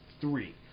three